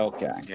Okay